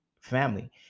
family